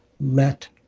Let